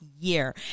year